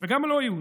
וגם לא יהודים,